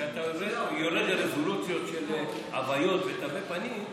כשאתה יורד לרזולוציות של העוויות ותווי פנים,